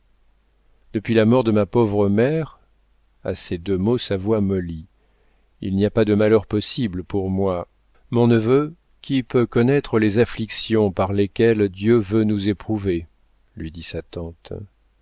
depuis la mort de ma pauvre mère à ces deux mots sa voix mollit il n'y a pas de malheur possible pour moi mon neveu qui peut connaître les afflictions par lesquelles dieu veut nous éprouver lui dit